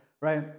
right